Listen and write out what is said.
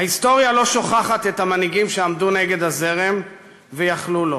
ההיסטוריה לא שוכחת את המנהיגים שעמדו נגד הזרם ויכלו לו.